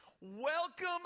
welcome